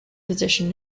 position